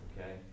okay